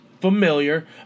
familiar